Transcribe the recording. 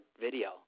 video